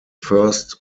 first